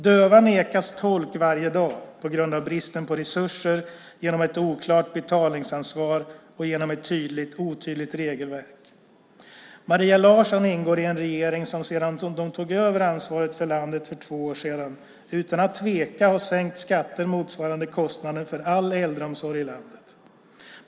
Döva nekas tolk varje dag på grund av bristen på resurser, ett oklart betalningsansvar och ett otydligt regelverk. Maria Larsson ingår i en regering som sedan den tog över ansvaret för landet för två år sedan utan att tveka har sänkt skatter motsvarande kostnaderna för all äldreomsorg i landet.